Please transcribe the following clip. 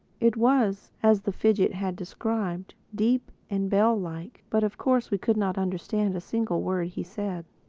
it was, as the fidgit had described, deep and bell-like. but of course we could not understand a single word he said.